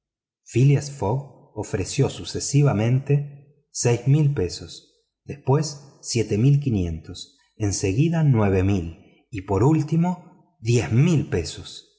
fogg ofreció sucesivamente mil doscientas libras después mil quinientas en seguida mil ochocientas y por último dos mil